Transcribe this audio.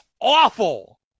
awful